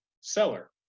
seller